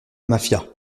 mafia